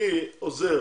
קחי עוזר